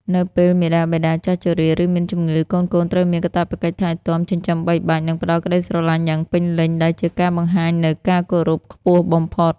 នៅពេលមាតាបិតាចាស់ជរា ឬមានជម្ងឺ កូនៗត្រូវមានកាតព្វកិច្ចថែទាំ ចិញ្ចឹមបីបាច់ និងផ្ដល់ក្ដីស្រឡាញ់យ៉ាងពេញលេញ ដែលជាការបង្ហាញនូវការគោរពខ្ពស់បំផុត។